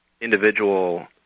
individual